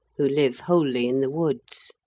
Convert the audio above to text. who live wholly in the woods.